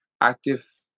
active